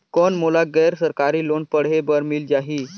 कौन मोला गैर सरकारी लोन पढ़े बर मिल जाहि?